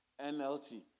NLT